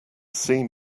seam